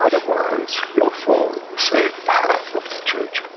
otherwise you'll fall in the same path of the church